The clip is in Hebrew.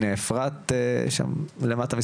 אפרת למטה משמאל,